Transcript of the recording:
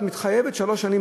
את מתחייבת שלוש שנים,